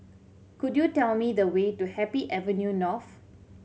could you tell me the way to Happy Avenue North